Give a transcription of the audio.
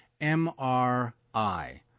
M-R-I